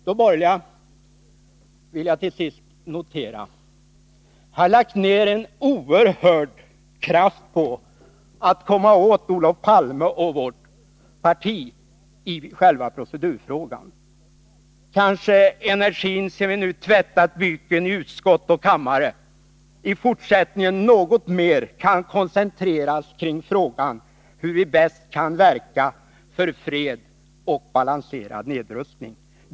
De borgerliga — det vill jag till sist notera — har lagt ner en oerhörd kraft på att försöka komma åt Olof Palme och vårt parti i själva procedurfrågan. Kanske energin sedan vi nu tvättat byken i utskott och kammare i fortsättningen något mer kan koncenteras kring frågan om hur vi bäst kan verka för fred och balanserad nedrustning.